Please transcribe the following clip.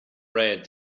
read